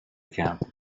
camp